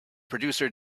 producer